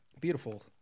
beautiful